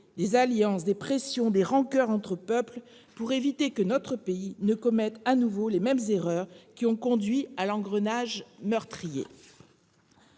des alliances, des pressions, des rancoeurs entre peuples, pour éviter que notre pays ne commette à nouveau les erreurs qui ont conduit à l'engrenage meurtrier.